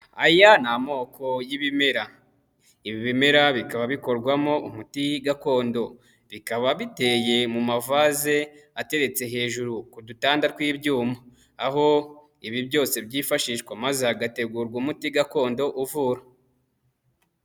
Aya ni amoko y'ibimera. Ibi bimera bikaba bikorwamo umuti gakondo, bikaba biteye mu mavaze ateretse hejuru ku dutanda tw'ibyuma, aho ibi byose byifashishwa maze hagategurwa umuti gakondo uvura.